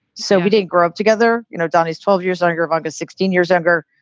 so we didn't grow up together. you know, don is twelve years younger of august, sixteen years younger.